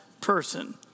person